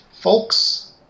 Folks